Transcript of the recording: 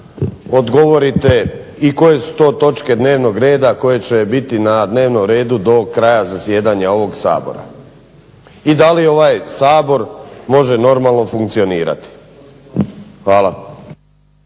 odgovorite koje su to točke dnevnog reda koje će biti na dnevnom redu do kraja zasjedanja ovog Sabora i da li je ovaj Sabor može normalno funkcionirati. Hvala.